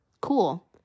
cool